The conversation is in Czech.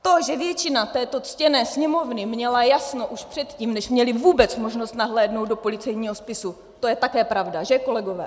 To, že většina této ctěné Sněmovny měla jasno už předtím, než měli vůbec možnost nahlédnout do policejního spisu, to je také pravda, že kolegové?